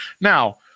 Now